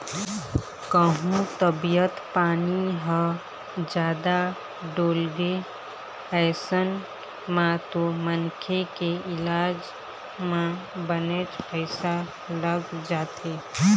कहूँ तबीयत पानी ह जादा डोलगे अइसन म तो मनखे के इलाज म बनेच पइसा लग जाथे